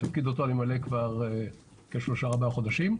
תפקיד אותו אני ממלא כבר כשלושה, ארבעה חודשים.